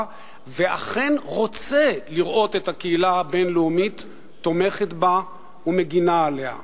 ואכן רוצה לראות את הקהילה הבין-לאומית תומכת בה ומגינה עליה.